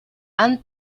ann